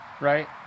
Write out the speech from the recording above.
right